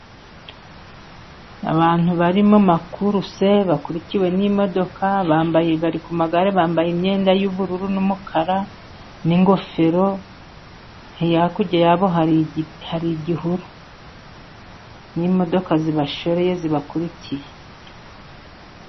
Abantu bari mu makuruse bakurikiwe n'imodoka bambaye bari ku magare bambaye imyenda y'ubururu n'umukara n'ingofero, hakurya yabo hari hari igihuru n'imodoka zibashoreye zibakurikiye.